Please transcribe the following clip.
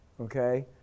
Okay